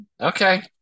Okay